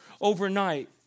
overnight